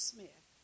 Smith